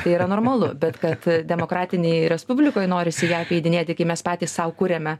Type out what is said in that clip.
tai yra normalu bet kad demokratinėj respublikoj norisi ją apeidinėti kai mes patys sau kuriame